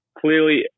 clearly